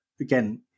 again